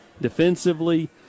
defensively